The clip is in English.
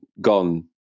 gone